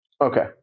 Okay